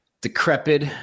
decrepit